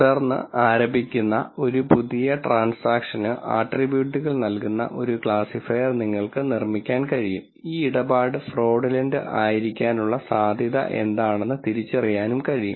തുടർന്ന് ആരംഭിക്കുന്ന ഒരു പുതിയ ട്രാന്സാക്ഷന് ആട്രിബ്യൂട്ടുകൾ നൽകുന്ന ഒരു ക്ലാസിഫയർ നിങ്ങൾക്ക് നിർമ്മിക്കാൻ കഴിയും ഈ ഇടപാട് ഫ്രോഡുലന്റ് ആയിരിക്കാനുള്ള സാധ്യത എന്താണെന്ന് തിരിച്ചറിയാൻ കഴിയും